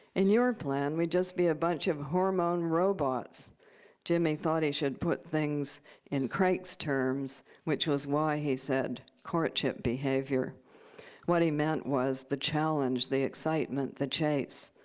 in your plan, we'd just be a bunch of hormone robots jimmy thought he should put things in crake's terms, which was why he said courtship behavior what he meant was the challenge, the excitement, the chase.